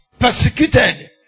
persecuted